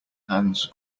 hands